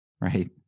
Right